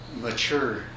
mature